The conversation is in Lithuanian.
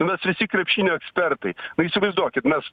nu mes visi krepšinio ekspertai tai įsivaizduokit mes